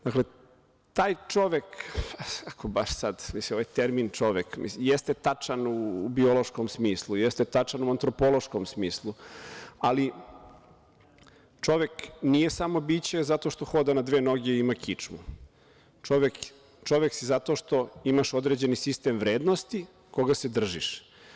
Dakle, taj čovek, ako baš sad, ovaj termin „čovek“ jeste tačan u biološkom smislu, jeste tačan u antropološkom smislu, ali čovek nije samo biće zato što hoda na dve noge i ima kičmu, čovek si zato što imaš određeni sistem vrednosti koga se držiš.